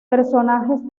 personajes